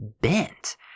bent